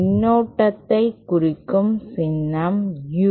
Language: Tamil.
மின்னோட்டத்தைக் குறிக்கும் சின்னம் U